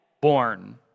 born